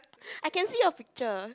I can see your picture